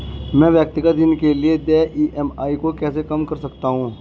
मैं व्यक्तिगत ऋण के लिए देय ई.एम.आई को कैसे कम कर सकता हूँ?